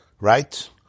Right